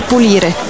pulire